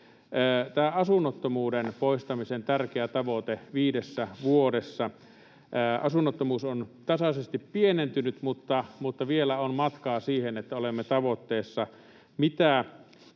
Tämä asunnottomuuden poistamisen tärkeä tavoite viidessä vuodessa: Asunnottomuus on tasaisesti pienentynyt, mutta vielä on matkaa siihen, että olemme tavoitteessa. Mitä